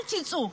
אל תצאו.